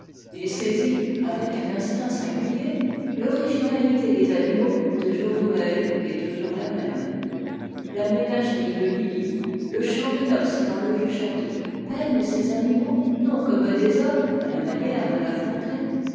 il saisit avec un instinct singulier l'originalité des animaux toujours nouvelle et toujours la même la ménagérie de lily le chant de noce dans le vieux château peignent ces animaux non comme des hommes à la manière de la fontaine